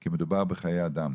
כי מדובר בחיי אדם.